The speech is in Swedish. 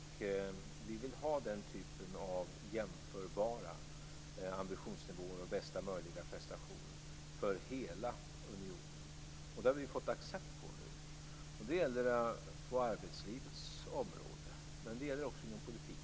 Vi vill ha jämförbara ambitionsnivåer och bästa möjliga prestation för hela unionen, och det har vi nu fått accept på. Det gäller på arbetslivets område men också inom politiken.